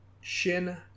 Shin